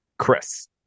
Chris